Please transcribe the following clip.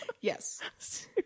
Yes